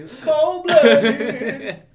cold-blooded